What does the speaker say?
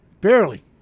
barely